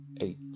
eight